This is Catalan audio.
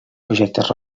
projectes